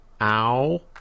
ow